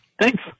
Thanks